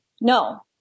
No